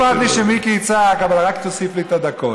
לא אכפת לי שמיקי יצעק, אבל רק תוסיף לי את הדקות.